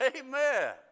Amen